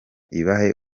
ibahe